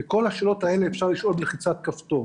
את כל השאלות האלה אפשר לשאול בלחיצת כפתור.